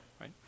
right